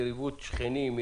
יריבות שכנים,